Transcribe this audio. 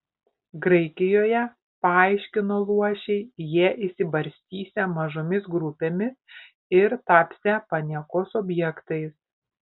graikijoje paaiškino luošiai jie išsibarstysią mažomis grupėmis ir tapsią paniekos objektais